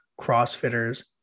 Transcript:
crossfitters